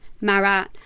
Marat